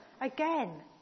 again